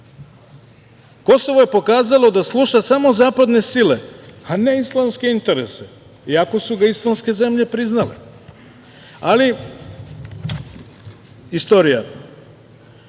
Kosovo je pokazalo da sluša samo zapadne sile, a ne islamske interese, iako su ga islamske zemlje priznale. Ali, istorija. Stvorili